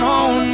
on